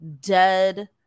dead